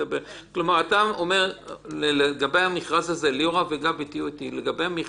הכספת מעבירה אוטומטית את כל מה שיש